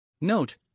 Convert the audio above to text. Note